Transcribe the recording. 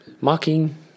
mocking